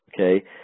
okay